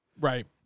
Right